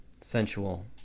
sensual